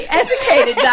educated